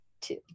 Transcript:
two